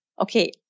okay